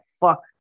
fuck